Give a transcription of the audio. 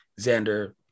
Xander